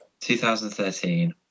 2013